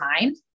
mind